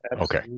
Okay